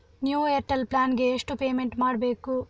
New Airtel plan ಗೆ ಎಷ್ಟು payment ಮಾಡ್ಬೇಕು?